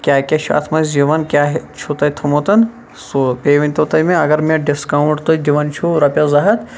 کیاہ کیاہ چھُ اتھ مَنٛز یِوان کیاہ چھُو تۄہہِ تھوومُت سُہ بییٚہِ ؤنتَو تُہۍ مےٚ اَگَر مےٚ ڈِسکاوُنٹ تۄہہ دِوان چھو رۄپیس زٕ ہَتھ